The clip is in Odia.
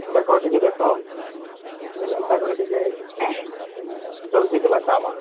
ଦେଖ ଟିକେ ଦେଖ ଟିକେ ଯେନ୍ତାକରି ଟିକେ ଜଲ୍ଦି କଲା କାମ୍